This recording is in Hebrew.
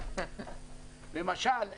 למשל,